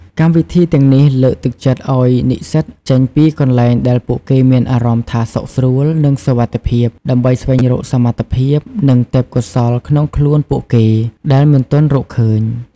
កម្មវិធីទាំងនេះលើកទឹកចិត្តឲ្យនិស្សិតចេញពីកន្លែងដែលពួកគេមានអារម្មណ៍ថាសុខស្រួល និងសុវត្ថិភាព ដើម្បីស្វែងរកសមត្ថភាព និងទេព្យកោសល្យក្នុងខ្លួនពួកគេ ដែលមិនទាន់រកឃើញ។